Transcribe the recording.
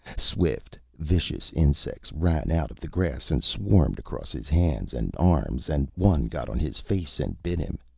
swift, vicious insects ran out of the grass and swarmed across his hands and arms and one got on his face and bit him.